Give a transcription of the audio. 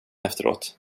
efteråt